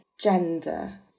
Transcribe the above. gender